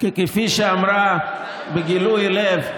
כפי שאמרה בגילוי לב,